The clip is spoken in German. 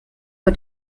vor